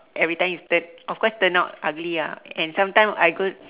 every time it turns of course turn out ugly ah and sometime I go